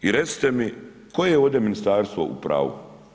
I recite mi koje je ovdje ministarstvo u pravu?